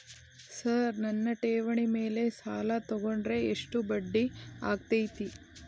Sir ನನ್ನ ಠೇವಣಿ ಮೇಲೆ ಸಾಲ ತಗೊಂಡ್ರೆ ಎಷ್ಟು ಬಡ್ಡಿ ಆಗತೈತ್ರಿ?